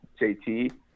JT